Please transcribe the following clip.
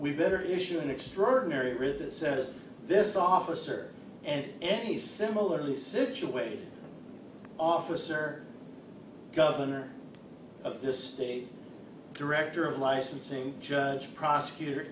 we better issue an extraordinary writ says this officer and any similarly situated officer governor of the state director of licensing judge prosecutor